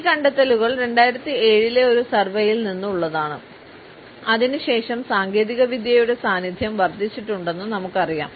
ഈ കണ്ടെത്തലുകൾ 2007 ലെ ഒരു സർവേയിൽ നിന്നുള്ളതാണ് അതിനുശേഷം സാങ്കേതികവിദ്യയുടെ സാന്നിധ്യം വർദ്ധിച്ചിട്ടുണ്ടെന്ന് നമുക്ക് അറിയാം